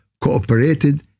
cooperated